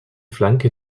flanke